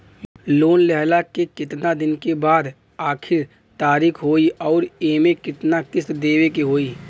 Loan लेहला के कितना दिन के बाद आखिर तारीख होई अउर एमे कितना किस्त देवे के होई?